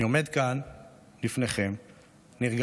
אני עומד כאן לפניכם נרגש,